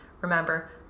Remember